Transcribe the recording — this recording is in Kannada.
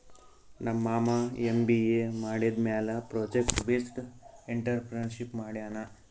ನಮ್ ಮಾಮಾ ಎಮ್.ಬಿ.ಎ ಮಾಡಿದಮ್ಯಾಲ ಪ್ರೊಜೆಕ್ಟ್ ಬೇಸ್ಡ್ ಎಂಟ್ರರ್ಪ್ರಿನರ್ಶಿಪ್ ಮಾಡ್ಯಾನ್